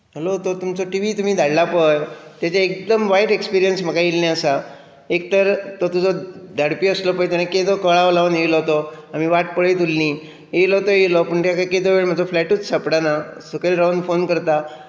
hello तो TV तुमी धाडला पळय ताजें एकदम वायट एक्सपिरियंस म्हाका येयल्लें आसा एक तर तो तुजो धाडपी आसलो पळय तो केदो कळाव लावून येयलो तो आमी वाट पळयत उरलीं येयलो तो येयलो पूण ताका केदो वेळ म्हजो फ्लॅटूच सांपडना सकयल रावन फोन करता